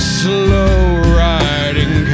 slow-riding